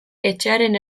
etxearen